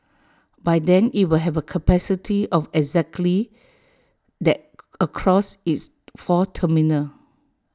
by then IT will have A capacity of exactly that across its four terminals